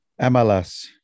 MLS